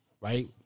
right